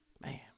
man